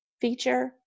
feature